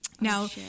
now